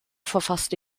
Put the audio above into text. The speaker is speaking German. verfasste